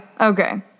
okay